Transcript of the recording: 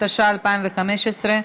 התשע"ה 2015,